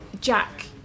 Jack